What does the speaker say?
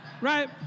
Right